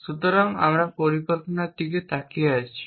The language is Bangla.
সুতরাং আমরা পরিকল্পনার দিকে তাকিয়ে আছি